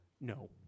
no